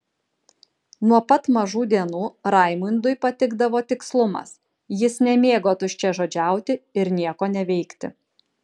nuo pat mažų dienų raimundui patikdavo tikslumas jis nemėgo tuščiažodžiauti ir nieko neveikti